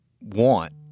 want